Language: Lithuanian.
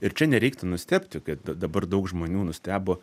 ir čia nereiktų nustebti kad dabar daug žmonių nustebo